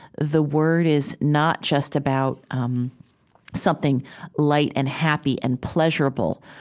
the word is not just about um something light and happy and pleasurable.